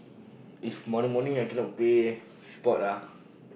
if morning morning I cannot play sport ah